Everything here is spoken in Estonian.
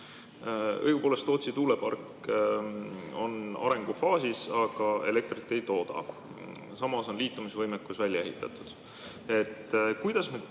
Õigupoolest on Tootsi tuulepark arengufaasis, aga elektrit ei tooda. Samas on liitumisvõimekus välja ehitatud.